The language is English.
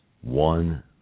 one